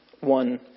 one